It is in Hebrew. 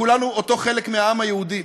כולנו אותו חלק מהעם היהודי.